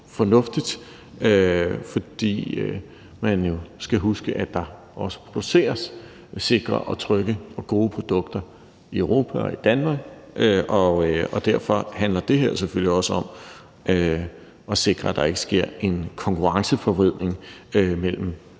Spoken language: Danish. fornuftigt, fordi man jo skal huske, at der også produceres sikre og trygge og gode produkter i Europa og i Danmark, og derfor handler det her selvfølgelig også om at sikre, at der ikke sker en konkurrenceforvridning mellem